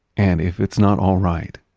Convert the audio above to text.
and if it's not alright,